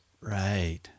Right